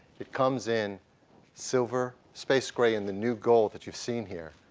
it comes in silver, space gray and the new gold that you've seen here,